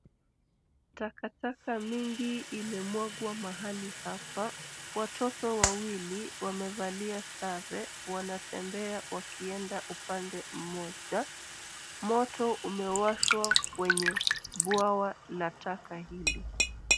Takataka mingi imemwagwa mahali hapa. Watoto wawili wamevalia sare. Wanatembea wakienda upande moja. Moto umewashwa kwenye bwawa la taka hili.